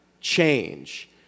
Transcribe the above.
change